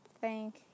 Thank